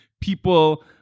People